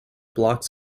blocks